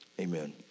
amen